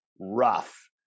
rough